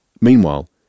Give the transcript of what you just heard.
Meanwhile